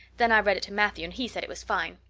then i read it to matthew and he said it was fine.